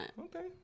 Okay